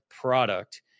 product